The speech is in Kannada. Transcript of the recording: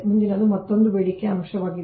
ಮುಂದಿನದು ಮತ್ತೊಂದು ಬೇಡಿಕೆಯ ಅಂಶವಾಗಿದೆ